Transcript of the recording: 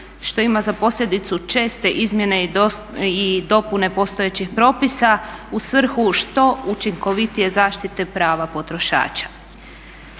što ima za posljedicu česte izmjene i dopune postojećih propisa u svrhu što učinkovitije zaštite prava potrošača.